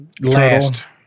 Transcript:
last